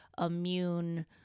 immune